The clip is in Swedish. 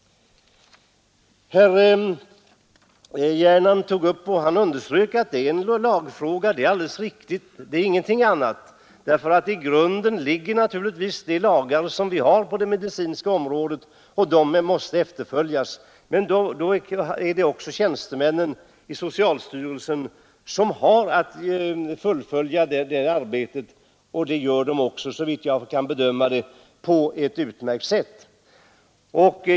Herr Gernandt framhöll att detta är en lagfråga, och det är alldeles riktigt. I grunden ligger naturligtvis de lagar vi har på det medicinska området. De lagarna måste följas. Och det är tjänstemännen i socialstyrelsen som har att se till att så sker. Det gör de också, såvitt jag kan bedöma på ett utmärkt sätt.